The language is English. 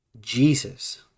jesus